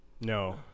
No